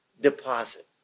deposit